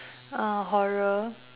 uh horror